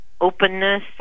openness